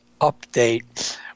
update